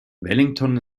wellington